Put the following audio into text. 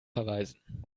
verweisen